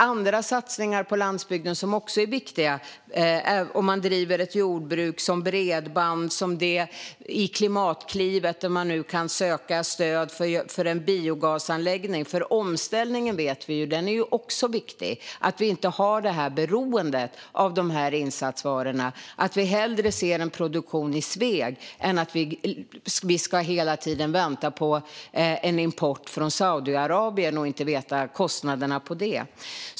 Andra satsningar på landsbygden som också är viktiga om man driver ett jordbruk kan vara bredband eller att man i Klimatklivet nu kan söka stöd för en biogasanläggning. Omställningen är ju också viktig, det vet vi - att vi inte har det här beroendet av insatsvarorna. Vi ser hellre en produktion i Sveg än att hela tiden behöva vänta på import från Saudiarabien och inte veta kostnaderna för den.